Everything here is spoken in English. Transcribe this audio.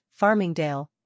Farmingdale